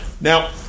Now